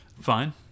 fine